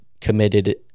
committed